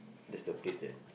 that's the place that